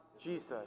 Jesus